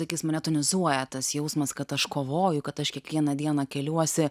tik jis mane tonizuoja tas jausmas kad aš kovoju kad aš kiekvieną dieną keliuosi